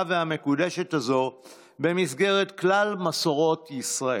והמקודשת הזו במסגרת כלל מסורות ישראל.